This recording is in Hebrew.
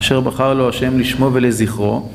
אשר בחר לו השם לשמו ולזכרו